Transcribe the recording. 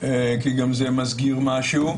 כי גם זה מסגיר משהו.